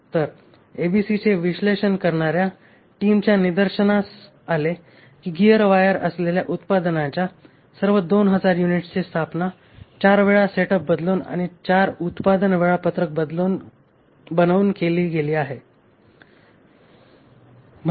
तर एबीसीचे विश्लेषण करणाऱ्या टीमच्या निदर्शनास आले की गीयर वायर असलेल्या उत्पादनाच्या सर्व 2000 युनिट्सची स्थापना 4 वेळा सेटअप बदलून आणि 4 उत्पादन वेळापत्रक बनवून केली गेली आहे